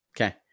Okay